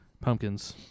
pumpkins